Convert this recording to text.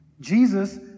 Jesus